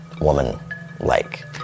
woman-like